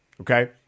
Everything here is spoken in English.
Okay